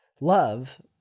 Love